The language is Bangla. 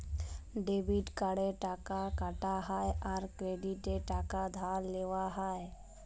ডেবিট কার্ডে টাকা কাটা হ্যয় আর ক্রেডিটে টাকা ধার লেওয়া হ্য়য়